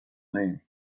name